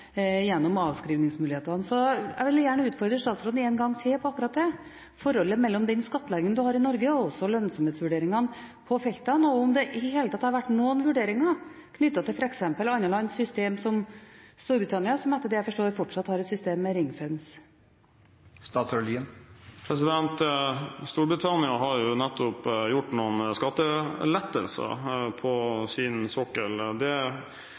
på akkurat det med forholdet mellom skattleggingen en har i Norge og lønnsomhetsvurderingene på feltene. Har det i det hele tatt vært noen vurderinger knyttet til andre lands systemer, f.eks. Storbritannias system, som etter det jeg forstår, fortsatt er med «ring fence»? Storbritannia har nettopp gitt sin sokkel noen skattelettelser. Jeg har opplevd det